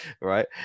right